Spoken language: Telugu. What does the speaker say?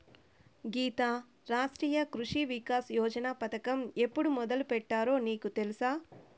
గీతా, రాష్ట్రీయ కృషి వికాస్ యోజన పథకం ఎప్పుడు మొదలుపెట్టారో నీకు తెలుసా